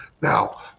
Now